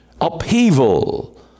upheaval